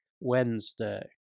Wednesday